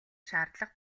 шаардлага